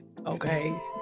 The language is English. okay